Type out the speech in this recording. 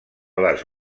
les